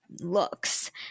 looks